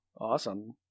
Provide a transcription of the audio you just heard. awesome